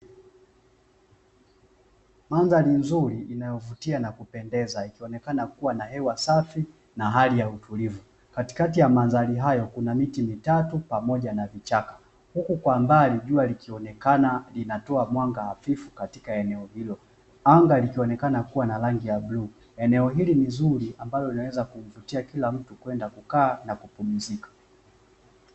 Mandhari nzuri inayovutia na kupendeza, ikionekana kuwa na hewa safi na hali ya utulivu, katikati ya mandhari hayo kuna miti mitatu pamoja na vichaka. Huku kwa mbali jua likionekana linatoa mwanga hafifu katika eneo hilo, anga likionekana kuwa na rangi ya bluu. Eneo hili ni zuri, ambalo linaweza kumvutia kila mtu kwenda kukaa na kupumzika.